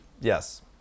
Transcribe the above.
Yes